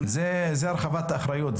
זה הרחבת אחריות.